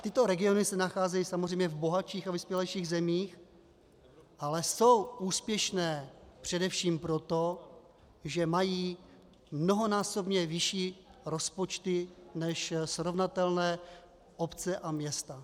Tyto regiony se samozřejmě nacházejí v bohatších a vyspělejších zemích, ale jsou úspěšné především proto, že mají mnohonásobně vyšší rozpočty než srovnatelné obce a města.